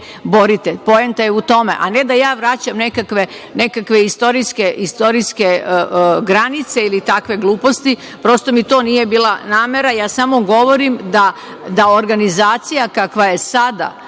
borite. Poenta je u tome, a ne da ja vraćam nekakve istorijske granice ili takve gluposti, prosto mi to nije bila namera. Ja samo govorim da organizacija kakva je sada,